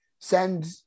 send –